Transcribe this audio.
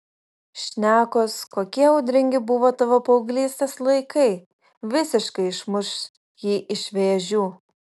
šnekos kokie audringi buvo tavo paauglystės laikai visiškai išmuš jį iš vėžių